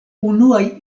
unuaj